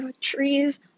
trees